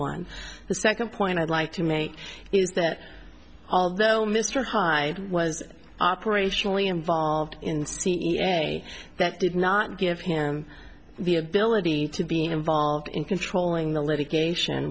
the second point i'd like to make is that although mr hyde was operationally involved in the way that did not give him the ability to be involved in controlling the litigation